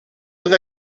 with